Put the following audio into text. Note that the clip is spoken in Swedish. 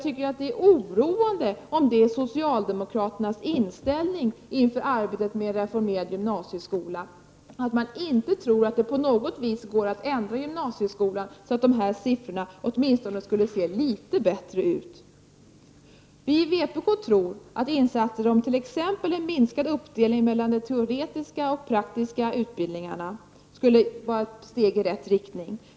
Det är oroande om det inför arbetet med en reformerad gymnasieskola är socialdemokraternas inställning att det inte på något sätt går att ändra gymnasieskolan så att dessa siffror skulle se åtminstone litet bättre ut. Vi i vpk tror att insatser för t.ex. en minskad uppdelning mellan teoretiska och praktiska utbildningar skulle vara ett steg i rätt riktning.